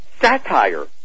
satire